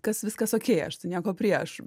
kas viskas okei aš tai nieko prieš